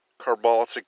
carbolic